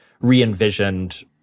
re-envisioned